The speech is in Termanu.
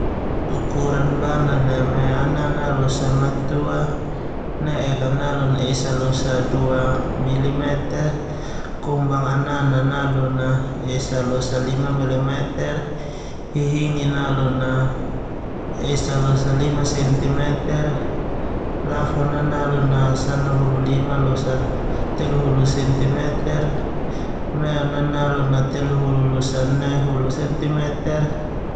Ukuran bana neme anana losa matua, ne'ek a nalun a esa losa dua mili meter. Kumbang anana nalun a esa losa lima mili meter. Hihingi nalun a nalun esa losa lima centi meter. Lafo nalum a sanahululima losa teluhulu centi meter. Meo nalun a telehulu losa nehulu centi meter.